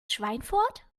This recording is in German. schweinfurt